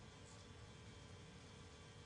בינתיים אין לנו דוח שהוא דוח חדש, אני